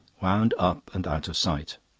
wound up and out of sight.